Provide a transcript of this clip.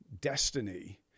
destiny